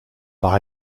par